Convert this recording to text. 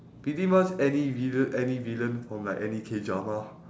pretty much any villain any villain from like any K-drama